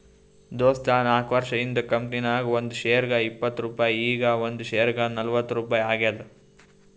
ದೋಸ್ತ ನಾಕ್ವರ್ಷ ಹಿಂದ್ ಕಂಪನಿ ನಾಗ್ ಒಂದ್ ಶೇರ್ಗ ಇಪ್ಪತ್ ರುಪಾಯಿ ಈಗ್ ಒಂದ್ ಶೇರ್ಗ ನಲ್ವತ್ ರುಪಾಯಿ ಆಗ್ಯಾದ್